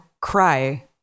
cry